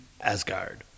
Asgard